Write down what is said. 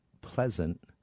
pleasant